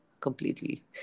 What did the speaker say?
completely